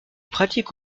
pratique